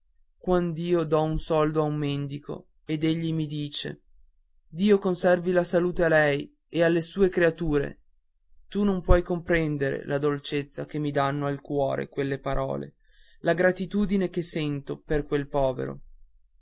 pane quand'io do un soldo a un mendico ed egli mi dice dio conservi la salute a lei e alle sue creature tu non puoi comprendere la dolcezza che mi danno al cuore quelle parole la gratitudine che sento per quel povero